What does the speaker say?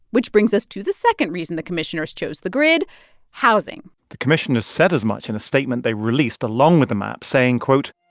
which brings us to the second reason the commissioners chose the grid housing the commissioners said as much in a statement they released along with the map, saying, quote,